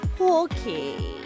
Okay